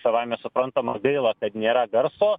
savaime suprantama gaila kad nėra garso